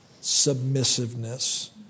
submissiveness